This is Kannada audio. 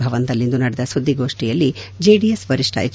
ಭವನದಲ್ಲಿಂದು ನಡೆದ ಸುದ್ದಿಗೋಷ್ಠಿಯಲ್ಲಿ ಜೆಡಿಎಸ್ ವರಿಷ್ಠ ಎಚ್